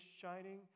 shining